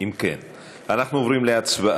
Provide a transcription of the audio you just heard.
אם כן, אנחנו עוברים להצבעה.